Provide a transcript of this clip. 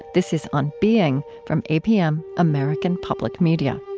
this is on being from apm, american public media